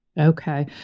Okay